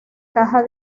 caja